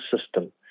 system